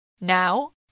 Now